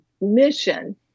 mission